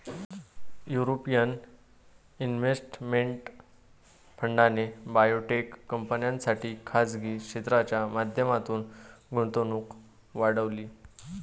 European investment फंडाने biotech कंपन्यांसाठी खासगी क्षेत्राच्या माध्यमातून गुंतवणूक वाढवली